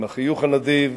עם החיוך הנדיב,